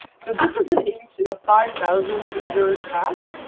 so this has been aged in a five thousand liter cask.